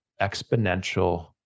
exponential